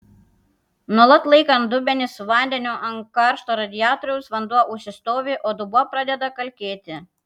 nuolat laikant dubenį su vandeniu ant karšto radiatoriaus vanduo užsistovi o dubuo pradeda kalkėti